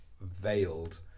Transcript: veiled